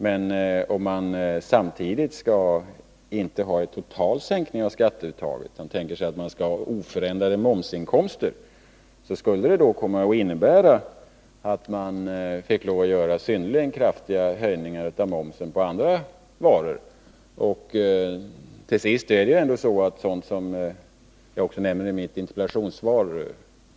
Men om man samtidigt inte skall ha en total sänkning av skatteuttaget, utan tänker sig att staten skall ha oförändrade momsinkomster, skulle det komma att innebära att man fick lov att vidta synnerligen kraftiga höjningar av momsen på andra varor. Till sist är ändå sådana saker somt.ex.